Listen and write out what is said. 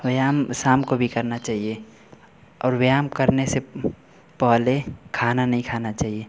व्यायाम शाम को भी करना चहिए और व्यायाम करने से पहले खाना नहीं खाना चाहिए